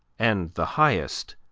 and the highest,